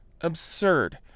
Absurd